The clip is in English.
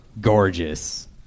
gorgeous